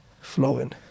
flowing